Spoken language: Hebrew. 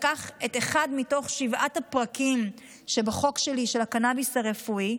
לקח את אחד מתוך שבעת הפרקים שבחוק שלי של הקנביס הרפואי,